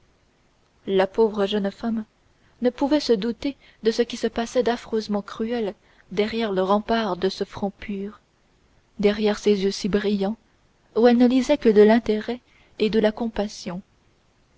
la pauvre jeune femme ne pouvait se douter de ce qui se passait d'affreusement cruel derrière le rempart de ce front pur derrière ces yeux si brillants où elle ne lisait que de l'intérêt et de la compassion